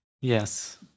Yes